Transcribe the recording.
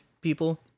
people